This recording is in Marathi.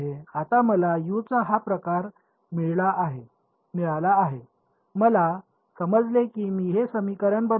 आता मला यू चा हा प्रकार मिळाला आहे मला समजले की मी हे समीकरण बदलले